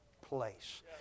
place